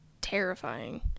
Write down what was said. terrifying